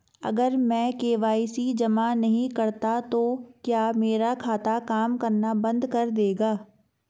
अगर मैं के.वाई.सी जमा नहीं करता तो क्या मेरा खाता काम करना बंद कर देगा?